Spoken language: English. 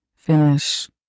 finish